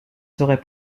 serait